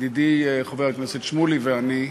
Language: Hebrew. ידידי חבר הכנסת שמולי ואני,